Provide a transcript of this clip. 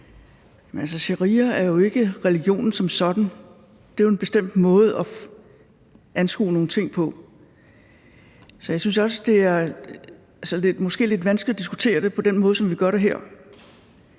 Sharia er jo ikke religionen som sådan; det er jo en bestemt måde at anskue nogle ting på. Så jeg synes måske også, det er lidt vanskeligt at diskutere det på den måde, som vi gør det her.